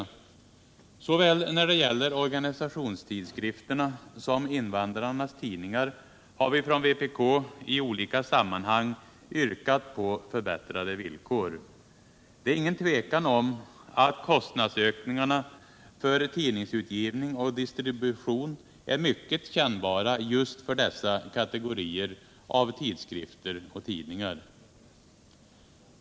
dagspressen m.m. Såväl när det gäller organisationstidskrifter som invandrarnas tidningar har vi från vpk i olika sammanhang yrkat på förbättrade villkor. Det är ingen tvekan om att kostnadsökningarna för tidningsutgivning och distribution är mycket kännbara just för dessa kategorier av tidskrifter och tidningar.